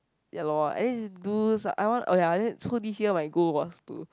ya lor I need do I want oh ya so this year my goal was to